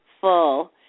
full